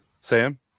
Sam